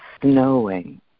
snowing